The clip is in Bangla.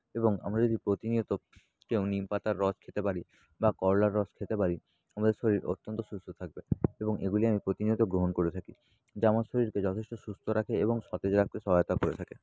এবং আমরা যদি প্রতিনিয়ত কেউ নিম পাতার রস খেতে পারি বা করলার রস খেতে পারি আমাদের শরীর অত্যন্ত সুস্থ থাকবে এবং এগুলি আমি প্রতিনিয়ত গ্রহণ করে থাকি যা আমার শরীরকে যথেষ্ট সুস্থ রাখে এবং সতেজ রাখতে সহায়তা করে থাকে